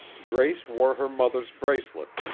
grace wore her mother's bracelet,